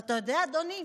אדוני,